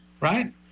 right